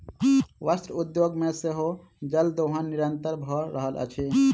वस्त्र उद्योग मे सेहो जल दोहन निरंतन भ रहल अछि